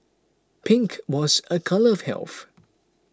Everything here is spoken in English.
pink was a colour of health